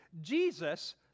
Jesus